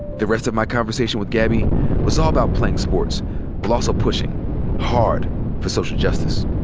the rest of my conversation with gabby was all about playing sports while also pushing hard for social justice.